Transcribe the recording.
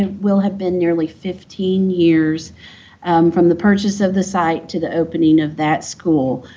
it will have been nearly fifteen years from the purchase of the site to the opening of that school.